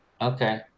Okay